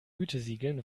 gütesiegeln